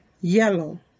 yellow